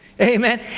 amen